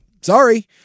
sorry